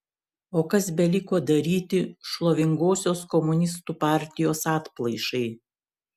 o kas beliko daryti šlovingosios komunistų partijos atplaišai